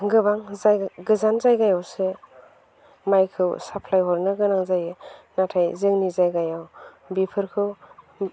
गोबां गोजान जायगायावसो माइखौ साप्लाय हरनो गोनां जायो नाथाय जोंनि जायगायाव बेफोरखौ